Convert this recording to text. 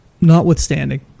notwithstanding